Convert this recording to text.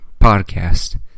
podcast